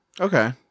Okay